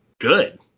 good